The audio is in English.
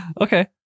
Okay